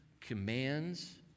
commands